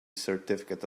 certificate